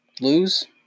Lose